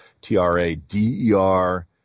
T-R-A-D-E-R